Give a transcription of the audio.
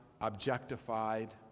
objectified